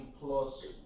plus